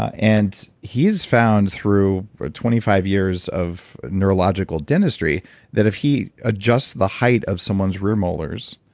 ah and he's found through twenty five years of neurological dentistry that if he adjusts the height of someone's rear molars,